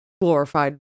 glorified